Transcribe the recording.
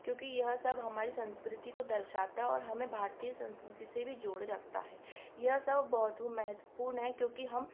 क्योंकि यह सब हमारे संस्कृति को दर्शता है और हमें भारतीय संस्कृति से जोड़ रखता है यह सब बहुत महत्वपूर्ण क्योंकि हम